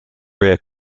rear